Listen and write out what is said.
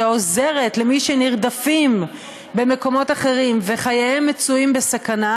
שעוזרת למי שנרדפים במקומות אחרים וחייהם מצויים בסכנה,